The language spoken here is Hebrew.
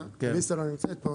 אליסה פרוכט לא נמצאת כאן.